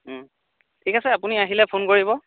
ঠিক আছে আপুনি আহিলে ফোন কৰিব